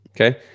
okay